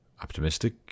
optimistic